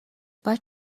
باید